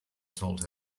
told